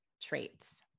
traits